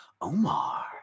Omar